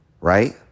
right